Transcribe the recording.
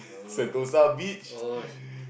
sentosa beach